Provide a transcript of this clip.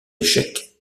échecs